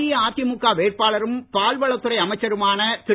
அஇஅதிமுக வேட்பாளரும் பால்வளத்துறை அமைச்சருமான திரு